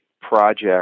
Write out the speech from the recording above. project